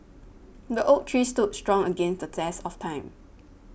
the oak tree stood strong against the test of time